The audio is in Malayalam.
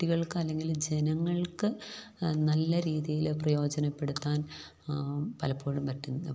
കുട്ടികൾക്ക് അല്ലെങ്കില് ജനങ്ങൾക്ക് നല്ല രീതിയില് പ്രയോജനപ്പെടുത്താൻ പലപ്പോഴും പറ്റുന്ന